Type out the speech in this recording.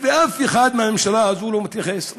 ואף אחד מהממשלה הזו לא מתייחס.